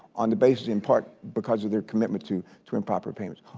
on the basis in part because of their commitment to to improper payments.